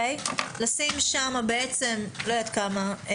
לשים שמה, לא יודעת כמה.